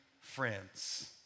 friends